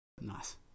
Nice